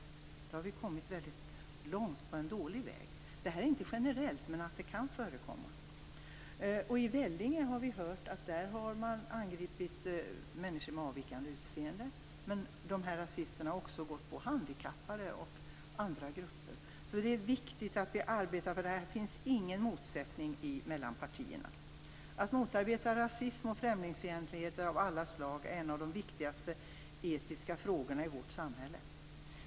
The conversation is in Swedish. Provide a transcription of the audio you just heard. Då har man kommit väldigt långt på en dålig väg. Det är inte något som gäller generellt, men det kan förekomma. Vi har hört att man i Vällinge har angripit människor med avvikande utseende. Rasisterna har också gått på handikappade och på andra grupper. Det är viktigt att vi arbetar med det här. Det finns här ingen motsättning mellan partierna. Att motarbeta rasism och främlingsfientlighet av alla slag är en av de viktigaste etiska frågorna i vårt samhälle.